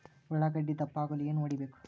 ಉಳ್ಳಾಗಡ್ಡೆ ದಪ್ಪ ಆಗಲು ಏನು ಹೊಡಿಬೇಕು?